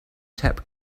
tap